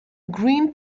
green